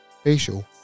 facial